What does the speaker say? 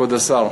כבוד השר,